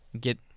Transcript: get